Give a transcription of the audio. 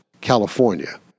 California